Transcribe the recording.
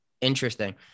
interesting